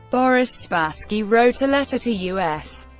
boris spassky wrote a letter to u s.